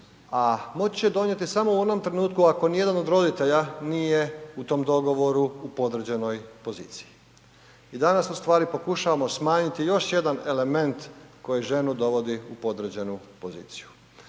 A moći će donijeti samo u onom trenutku ako nijedan od roditelja nije u tom dogovoru u podređenoj poziciji. I danas ustvari pokušavamo smanjiti još jedan element koji ženu dovodi u podređenu poziciju.